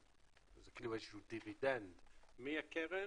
3.5% איזה שהוא דיבידנד מהקרן